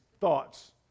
thoughts